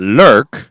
lurk